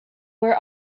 were